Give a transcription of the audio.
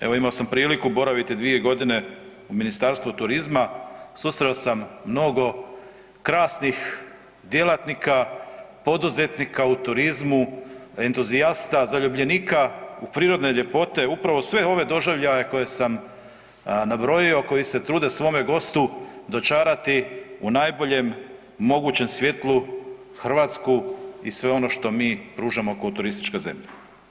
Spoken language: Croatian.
Evo imao sam priliku boraviti 2.g. u Ministarstvu turizma, susreo sam mnogo krasnih djelatnika, poduzetnika u turizmu, entuzijasta, zaljubljenika u prirodne ljepote, upravo sve ove doživljaje koje sam nabrojio, koji se trude svome gostu dočarati u najboljem mogućem svjetlu Hrvatsku i sve ono što mi pružamo kao turistička zemlja.